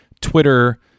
Twitter